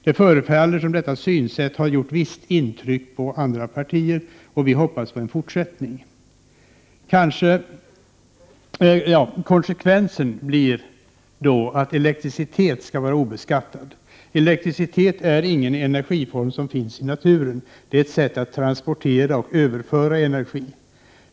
Det förefaller som om detta synsätt har gjort ett visst intryck på andra partier, och vi hoppas på en fortsättning. Konsekvensen blir då att elektricitet skall vara obeskattad. Elektricitet är ingen energiform som finns i naturen. Det är ett sätt att transportera och överföra energi.